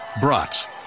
brats